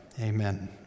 amen